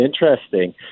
interesting